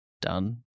done